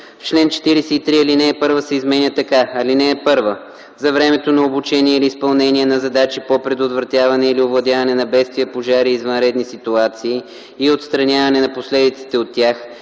В чл. 43 ал. 1 се изменя така: “(1) За времето на обучение или изпълнение на задачи по предотвратяване или овладяване на бедствия, пожари и извънредни ситуации и отстраняване на последиците от тях